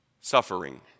Suffering